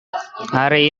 hari